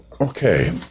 Okay